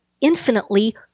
infinitely